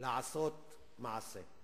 לעשות מעשה.